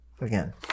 Again